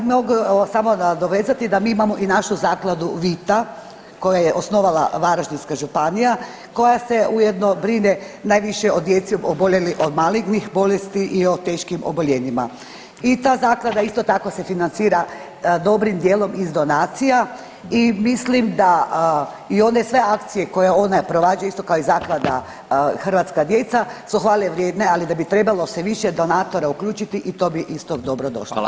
Na, mogu samo nadovezati da mi imamo i našu Zakladu „Vita“ koju je osnovala Varaždinska županija, koja se ujedno brine najviše o djeci oboljeloj od malignih bolesti i o teškim oboljenjima i ta zaklada isto tako se financira dobrim dijelom iz donacija i mislim da i one sve akcije koje ona … [[Govornik se ne razumije]] isto ko i Zaklada „Hrvatska djeca“ su hvale vrijedne, ali da bi trebalo se više donatora uključiti i to bi isto dobro došlo, hvala.